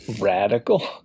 radical